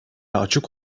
açık